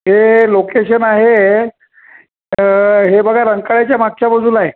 हे लोकेशन आहे हे बघा रंकाळ्याच्या मागच्या बाजूला आहे